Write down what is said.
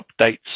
Updates